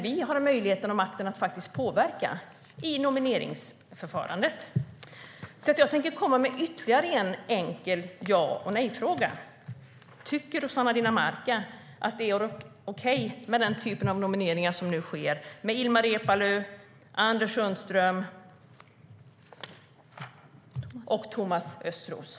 Vi har möjligheten och makten att faktiskt påverka i nomineringsförfarandet.